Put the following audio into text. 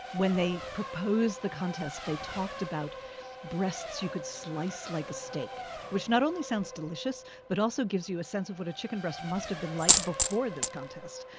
when they proposed the contest they talked about breasts you could slice like a steak, which not only sounds delicious, but also gives you a sense of what a chicken breast must have been like before this contest.